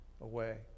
away